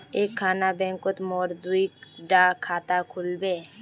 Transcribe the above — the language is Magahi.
एक खान बैंकोत मोर दुई डा खाता खुल बे?